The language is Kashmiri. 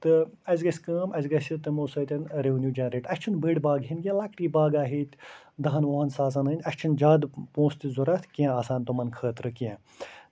تہٕ اَسہِ گژھِ کٲم اَسہِ گژھِ تِمَو سۭتۍ رِونِو جَنریٹ اَسہِ چھِنہٕ بٔڑۍ باغ ہیٚنۍ کیٚنٛہہ لۄکٹی باغاہ ہیٚتۍ دہَن وُہن ساسَن ہٕنٛدۍ اَسہِ چھِنہٕ زیادٕ پونٛسہٕ تہِ ضوٚرَتھ کیٚنٛہہ آسان تِمَن خٲطرٕ کیٚنٛہہ